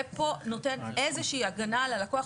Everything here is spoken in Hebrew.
זה פה נותן איזה שהיא הגנה על הלקוח,